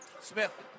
Smith